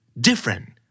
Different